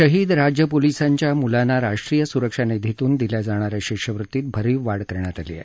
शहीद राज्य पोलिसांच्या मुलांना राष्ट्रीय सुरक्षा निधीतून दिल्या जाणा या शिष्यवृत्तीत भरीव वाढ करण्यात आली आहे